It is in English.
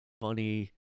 funny